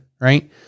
right